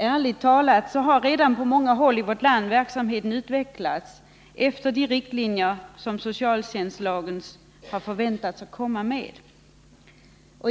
Ärligt talat har på många håll i vårt land verksamheten utvecklats efter de riktlinjer som socialtjänstlagen har förväntats komma med.